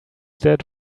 that